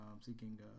seeking